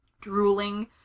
drooling